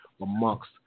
amongst